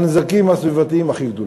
מהנזקים הסביבתיים הכי גדולים.